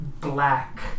Black